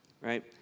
right